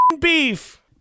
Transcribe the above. beef